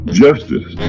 justice